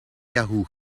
yahoo